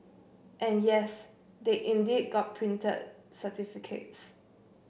and yes they indeed got printed certificates